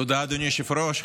תודה, אדוני היושב-ראש.